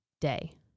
day